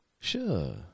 Sure